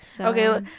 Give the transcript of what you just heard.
Okay